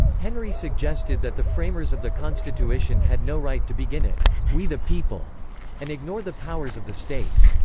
henry suggested that the framers of the constituition had no right to begin it we the people and ignore the powers of the states.